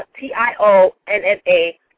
T-I-O-N-N-A